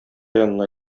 янына